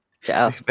Ciao